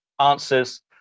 answers